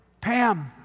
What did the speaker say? Pam